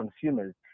consumers